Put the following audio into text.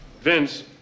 Vince